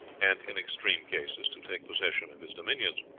and, in extreme cases, to take possession of his dominions.